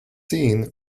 scene